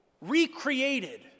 recreated